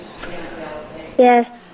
Yes